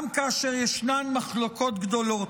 גם כאשר ישנן מחלוקות גדולות.